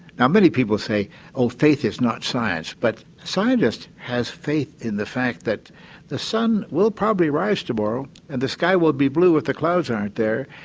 now many people say oh faith is not science. but scientist has faith in the fact that the sun will probably rise tomorrow and the sky will be blue if the clouds aren't there,